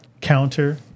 counter